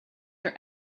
are